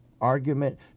Argument